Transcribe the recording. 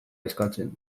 eskatzen